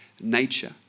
nature